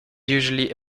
usually